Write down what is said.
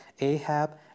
Ahab